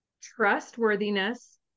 trustworthiness